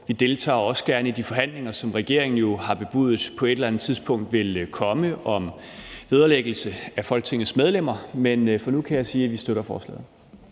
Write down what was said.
Vi deltager også gerne i de forhandlinger, som regeringen jo har bebudet på et eller andet tidspunkt vil komme, om vederlæggelse af folketingsmedlemmer. Men for nu kan jeg sige, at vi støtter forslaget.